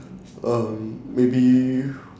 um maybe